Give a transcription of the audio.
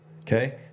Okay